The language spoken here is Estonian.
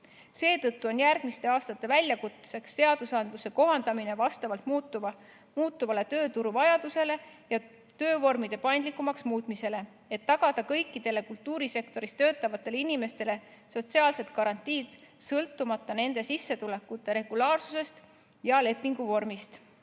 Seetõttu on järgmiste aastate väljakutseks seaduste kohandamine vastavalt muutuvatele tööturu vajadustele ja töövormide paindlikumaks muutmisele, et tagada kõikidele kultuurisektoris töötavatele inimestele sotsiaalsed garantiid sõltumata nende sissetulekute regulaarsusest ja lepinguvormist.